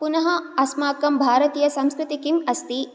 पुनः अस्माकं भरतीयसंस्कृतिः किम् अस्ति